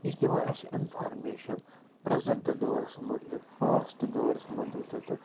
یہِ چھِ دِوان اَسہِ اِنفارمیشَن پرٛٮ۪زنٛٹ دورَس مُتعلِق پاسٹ دورَس مُتعلِق تہِ تہٕ